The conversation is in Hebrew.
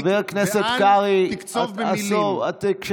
חבר הכנסת קרעי, עזוב.